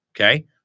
Okay